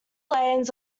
lanes